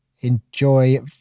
enjoy